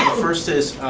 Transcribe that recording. first is,